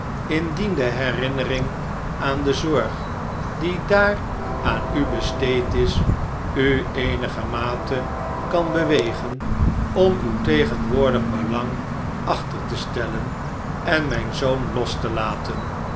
indien de herinnering aan de zorg die daar aan u besteed is u eenigermate kan bewegen om uw tegenwoordig belang achter te stellen en mijn zoon los te laten